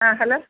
ആ ഹലോ